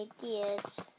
ideas